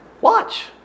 watch